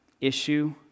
issue